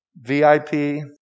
VIP